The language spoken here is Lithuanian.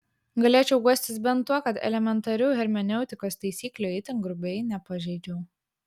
galėčiau guostis bent tuo kad elementarių hermeneutikos taisyklių itin grubiai nepažeidžiau